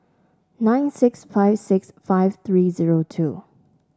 nine six five six five three zero two